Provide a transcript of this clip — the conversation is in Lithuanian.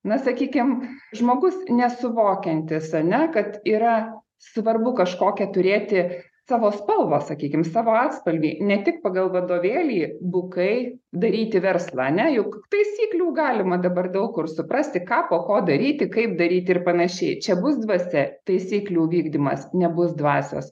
na sakykim žmogus nesuvokianti ar ne kad yra svarbu kažkokią turėti savo spalvą sakykim savo atspalvį ne tik pagal vadovėlį bukai daryti verslą ar ne juk taisyklių galima dabar daug kur suprasti ką po ko daryti kaip daryti ir panašiai čia bus dvasia taisyklių vykdymas nebus dvasios